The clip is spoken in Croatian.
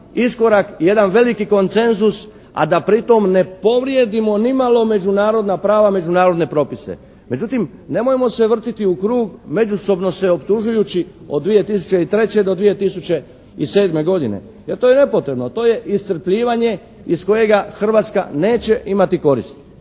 iskorak i jedan veliki konsenzus, a da pri tom ne povrijedimo nimalo međunarodna prava, međunarodne propise. Međutim, nemojmo se vrtiti u krug, međusobno se optužujući od 2003. do 2007. godine. Jer to je nepotrebno, to je iscrpljivanje iz kojega Hrvatska neće imati koristi.